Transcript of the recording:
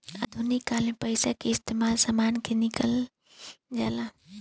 आधुनिक काल में पइसा के इस्तमाल समान के किनल जाला